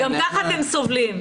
גם ככה אתם סובלים.